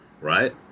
right